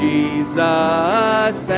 Jesus